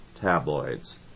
tabloids